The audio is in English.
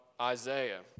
Isaiah